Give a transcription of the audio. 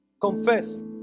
confess